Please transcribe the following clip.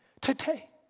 today